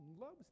loves